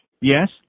Yes